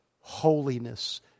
holiness